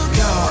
go